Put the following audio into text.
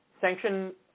sanction